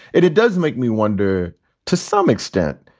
it it does make me wonder to some extent,